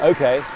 Okay